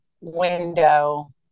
window